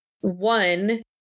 one